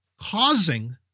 causing